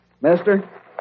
Mister